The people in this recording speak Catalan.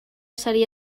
seria